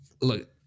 Look